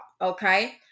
Okay